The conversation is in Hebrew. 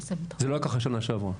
זה לא היה ככה בשנה שעברה.